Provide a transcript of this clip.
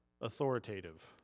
authoritative